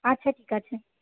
আচ্ছা ঠিক আছে